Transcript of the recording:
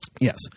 Yes